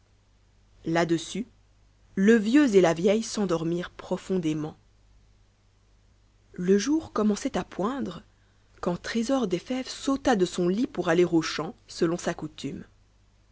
là-dessus le vieux et la vieille s'endormirent profondément le jour commençait à poindre quand trésor des fèves sauta de son lit pour aller au champ selon sa coutume